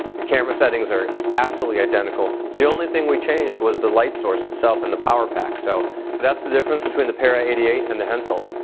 the camera settings are absolutely identical, the only thing we changed was the light source itself and the power pack, so that's the difference between the para eighty eight and the hensel.